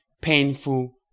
painful